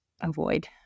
avoid